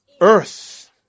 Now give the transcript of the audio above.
Earth